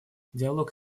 диалог